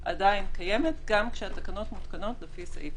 עדיין קיימת, גם כשהתקנות מותקנות לפי סעיף